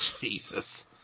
Jesus